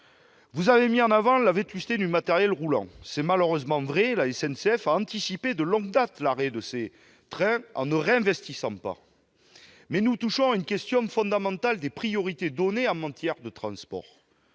Vous avez mis en avant la vétusté du matériel roulant. C'est malheureusement vrai. La SNCF a anticipé de longue date l'arrêt de ces trains, en ne réinvestissant pas. Mais nous touchons là à une question fondamentale des priorités données en matière de transports.